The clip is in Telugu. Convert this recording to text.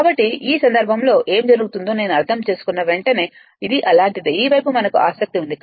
కాబట్టి ఈ సందర్భంలో ఏమి జరిగిందో నేను అర్థం చేసుకున్న వెంటనే ఇది అలాంటిదే ఈ వైపు మనకు ఆసక్తి ఉంది